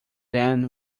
them